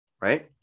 right